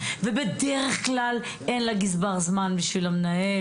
ובדרך כלל אין לגזבר זמן בשביל המנהל,